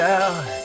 out